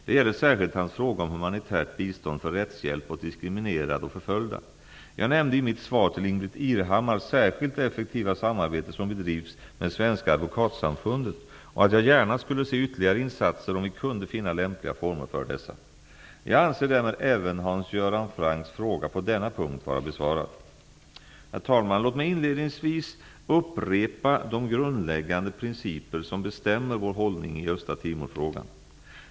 Det gäller särskilt hans fråga om humanitärt bistånd för rättshjälp åt diskriminerade och förföljda. Jag nämnde i mitt svar till Ingbritt Irhammar särskilt det effektiva samarbete som bedrivs med Svenska Advokatsamfundet och att jag gärna skulle se ytterligare insatser om vi kunde finna lämpliga former för dessa. Jag anser därmed även Hans Göran Francks fråga på denna punkt vara besvarad. Herr talman! Låt mig inledningsvis upprepa de grundläggande principer som bestämmer vår hållning i Östra Timor-frågan.